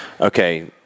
okay